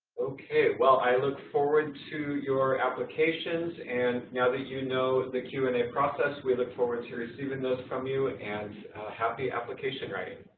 okay, well, i look forward to your applications. and, now that you know the q and a process, we look forward to receiving those from you and and happy application writing.